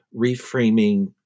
reframing